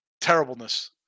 terribleness